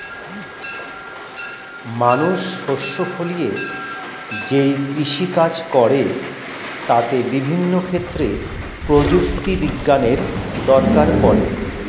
মানুষ শস্য ফলিয়ে যেই কৃষি কাজ করে তাতে বিভিন্ন ক্ষেত্রে প্রযুক্তি বিজ্ঞানের দরকার পড়ে